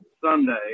Sunday